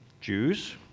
Jews